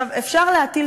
אפשר להטיל